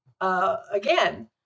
again